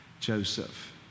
Joseph